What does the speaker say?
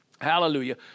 hallelujah